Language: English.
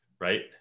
right